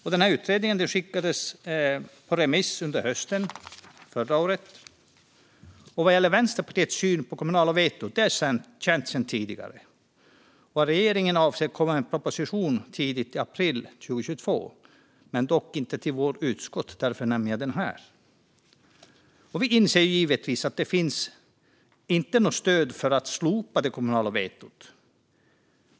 Utredningens betänkande skickades ut på remiss under hösten förra året. Vänsterpartiets syn på det kommunala vetot är känd sedan tidigare, och regeringen avser att komma med en proposition tidigt i april 2022. Den kommer dock inte till vårt utskott, och därför nämner jag den här. Vi inser givetvis att det inte finns något stöd för att slopa det kommunala vetot.